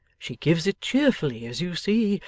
she gives it cheerfully as you see,